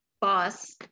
boss